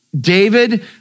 David